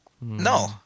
No